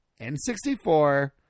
N64